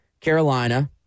Carolina